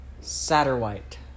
Satterwhite